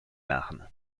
marne